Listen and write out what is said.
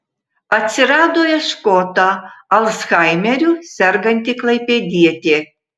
atsirado ieškota alzheimeriu serganti klaipėdietė